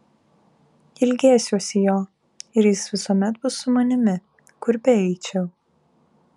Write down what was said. ilgėsiuosi jo ir jis visuomet bus su manimi kur beeičiau